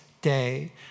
day